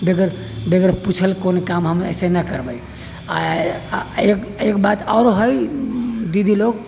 बेगर पुछल कोन काम हमे ऐसे न करबै आ एक एकबात आओर है दीदी लोग